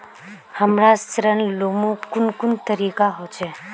हमरा ऋण लुमू कुन कुन तरीका होचे?